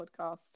podcast